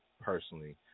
personally